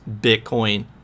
Bitcoin